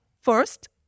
first